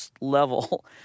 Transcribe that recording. level